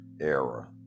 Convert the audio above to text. era